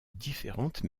différentes